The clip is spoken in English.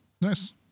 nice